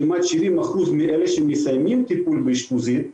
כמעט 70% מאלה שמסיימים טיפול באשפוזית מופנים להמשך טיפול,